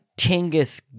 Tingus